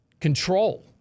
control